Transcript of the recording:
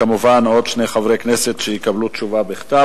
כמובן, עוד שני חברי כנסת יקבלו תשובה בכתב.